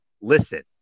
listen